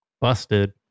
busted